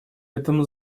этом